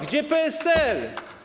Gdzie PSL?